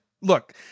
look